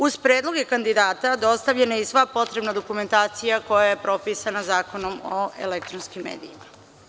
Uz predloge kandidata, dostavljena je i sva potrebna dokumentacija koja je propisana Zakonom o elektronskim medijima.